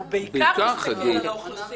בעיקר, חגית.